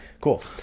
Cool